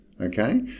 okay